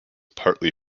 partly